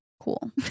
Cool